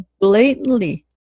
blatantly